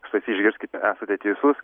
stasy išgirskite esate teisus